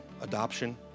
adoption